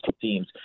teams